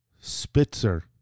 Spitzer